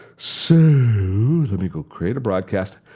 so let me go create a broadcast.